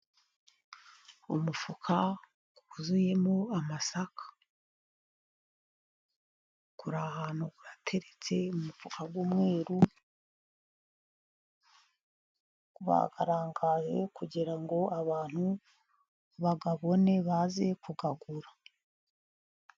Umufuka wuzuyemo amasaka. Uri ahantu urateretse, umufuka w'umweru, urarangaye kugira ngo abantu bayabone baze kuyagura.